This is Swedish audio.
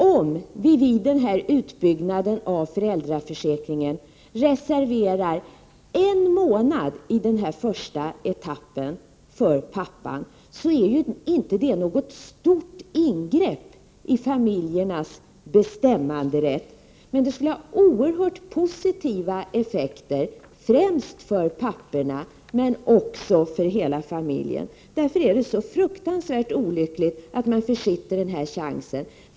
Om vi vid utbyggnaden av föräldraförsäkringen i första etappen reserverar en månad för pappan, är det inte något stort ingrepp i familjernas bestämmanderätt, men det skulle ha oerhört positiva effekter, främst för papporna men också för hela familjen. Därför är det så fruktansvärt olyckligt att man försitter den här chansen.